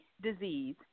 disease